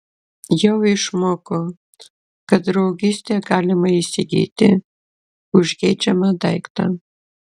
jau išmoko kad draugystę galima įsigyti už geidžiamą daiktą